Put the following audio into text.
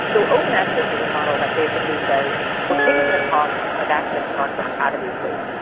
so open access is a model that basically says we're kicking the costs of accessing articles out of the equation.